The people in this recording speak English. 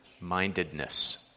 Mindedness